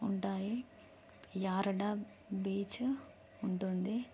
ఉంటాయి యారడ బీచ్ ఉంటుంది